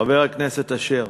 חבר הכנסת אשר,